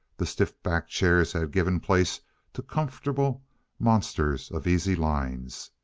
the stiff-backed chairs had given place to comfortable monsters of easy lines.